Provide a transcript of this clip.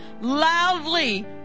loudly